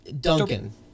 Duncan